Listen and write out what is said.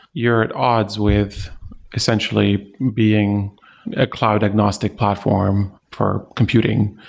you're at odds with essentially being a cloud agnostic platform for computing.